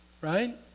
right